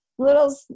Little